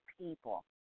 people